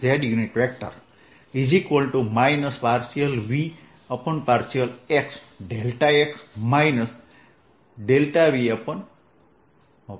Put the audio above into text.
lE